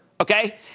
okay